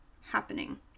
happening